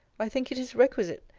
i think it is requisite,